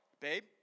babe